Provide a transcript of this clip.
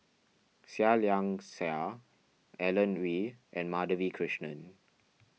Seah Liang Seah Alan Oei and Madhavi Krishnan